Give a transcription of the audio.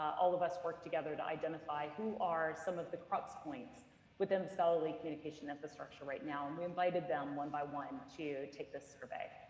all of us worked together to identify, who are some of the crux points within scholarly communication infrastructure right now? and we invited them one by one to take this survey.